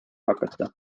hakata